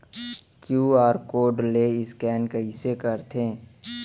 QR code ले scan कइसे करथे?